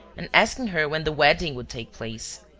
and asking her when the wedding would take place.